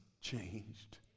changed